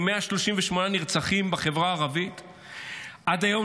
עם 138 נרצחים בחברה הערבית עד היום,